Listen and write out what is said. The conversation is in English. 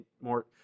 more